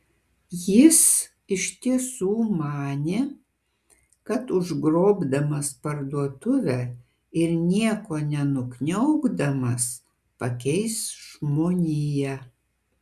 jis iš tiesų manė kad užgrobdamas parduotuvę ir nieko nenukniaukdamas pakeis žmoniją